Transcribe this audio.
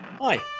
Hi